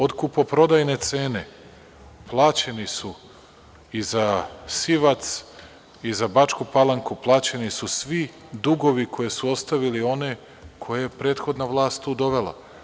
Od kupoprodajne cene plaćeni su i za Sivac i za Bačku Palanku svi dugovi koji su ostavili oni koje je prethodna vlast tu dovela.